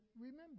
remember